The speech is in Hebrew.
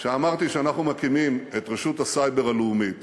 כשאמרתי שאנחנו מקימים את רשות הסייבר הלאומית